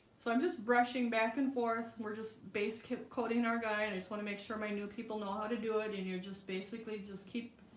so i'm just brushing back and forth we're just base coating our guy and i just want to make sure my new people know how to do it. and you just basically just keep